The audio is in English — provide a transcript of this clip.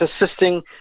assisting